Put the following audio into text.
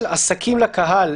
ד"ר קלינר,